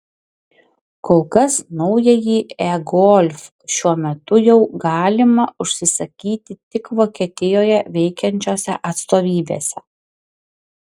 kol kas naująjį e golf šiuo metu jau galima užsisakyti tik vokietijoje veikiančiose atstovybėse